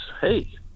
hey